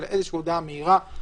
אלא איזושהי הודעה מהירה,